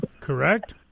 Correct